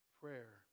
prayer